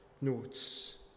notes